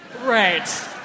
Right